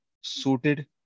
suited